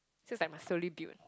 so it's like must slowly build